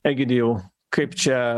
egidijau kaip čia